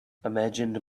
imagined